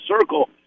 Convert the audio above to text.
circle